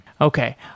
Okay